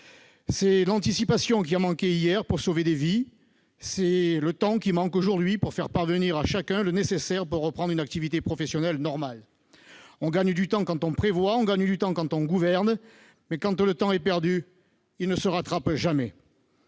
C'est l'anticipation qui a manqué hier pour sauver des vies. C'est le temps qui manque aujourd'hui pour faire parvenir à chacun le nécessaire pour reprendre une activité professionnelle normale. On gagne du temps quand on prévoit. On gagne du temps quand on gouverne. Mais quand le temps est perdu, il ne se rattrape jamais.